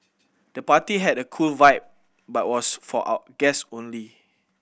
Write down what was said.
the party had a cool vibe but was for guest only